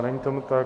Není tomu tak.